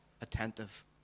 attentive